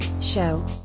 Show